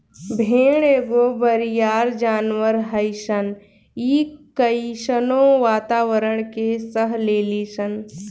भेड़ एगो बरियार जानवर हइसन इ कइसनो वातावारण के सह लेली सन